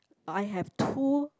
I have two